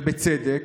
ובצדק,